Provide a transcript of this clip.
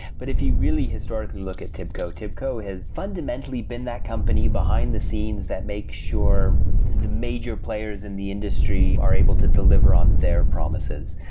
but if you really historically look at tibco, tibco has fundamentally been that company behind the scenes that makes sure the major players in the industry are able to deliver on their promises.